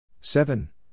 seven